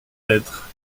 lettre